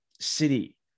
city